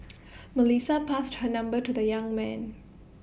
Melissa passed her number to the young man